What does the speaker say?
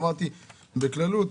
אמרתי בכלליות.